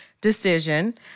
decision